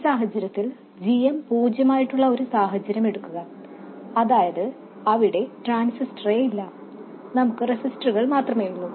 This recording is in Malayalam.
ഈ സാഹചര്യത്തിൽ gm പൂജ്യമായിട്ടുള്ള ഒരു സാഹചര്യം എടുക്കുക അതായത് അവിടെ ട്രാൻസിസ്റ്ററേയില്ല നമുക്ക് റെസിസ്റ്ററുകൾ മാത്രമേയുള്ളൂ